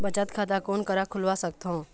बचत खाता कोन करा खुलवा सकथौं?